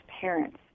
parents